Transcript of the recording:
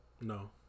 No